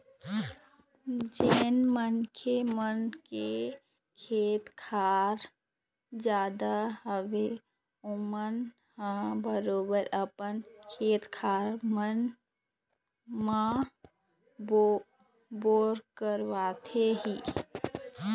जेन मनखे मन के खेत खार जादा हवय ओमन ह बरोबर अपन खेत खार मन म बोर करवाथे ही